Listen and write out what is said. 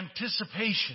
anticipation